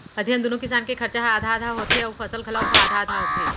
अधिया म दूनो किसान के खरचा ह आधा आधा होथे अउ फसल घलौक ह आधा आधा होथे